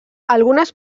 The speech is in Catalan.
algunes